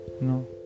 No